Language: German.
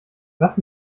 was